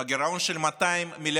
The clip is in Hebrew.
עם גירעון של 200 מיליארד.